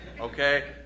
okay